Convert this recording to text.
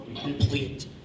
Complete